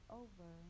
over